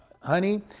honey